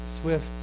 swift